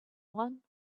one